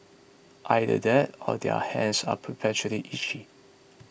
either that or their hands are perpetually itchy